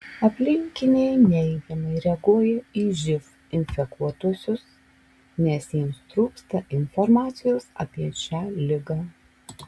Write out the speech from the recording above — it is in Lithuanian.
aplinkiniai neigiamai reaguoja į živ infekuotuosius nes jiems trūksta informacijos apie šią ligą